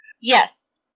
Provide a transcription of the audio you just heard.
Yes